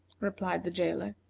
replied the jailer.